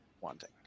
wanting